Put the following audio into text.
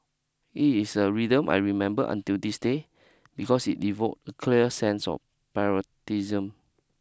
it's a rhythm I remember until this day because it evoked a clear sense of patriotism